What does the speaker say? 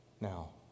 Now